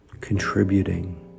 contributing